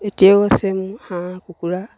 এতিয়াও আছে মোৰ হাঁহ কুকুৰা